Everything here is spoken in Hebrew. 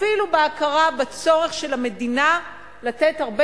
ואפילו בהכרה בצורך של המדינה לתת הרבה